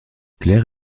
claire